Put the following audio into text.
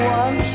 one